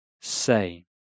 say